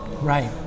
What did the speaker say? right